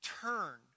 turn